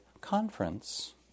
conference